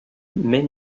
mène